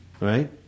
right